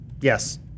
Yes